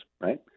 right